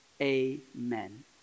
amen